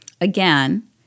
Again